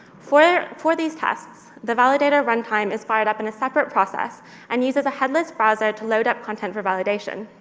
for for these tests, the validator runtime is fired up in a separate process and uses a headless browser to load up content for validation.